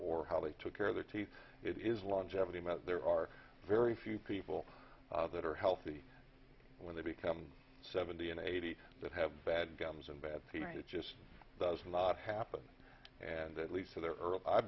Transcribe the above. or how they took care of their teeth it is longevity met there are very few people that are healthy when they become seventy and eighty that have bad gums and bad people it just does not happen and that leads to their